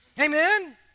Amen